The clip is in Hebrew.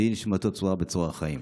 תהא נשמתו צרורה בצרור החיים.